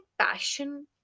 passion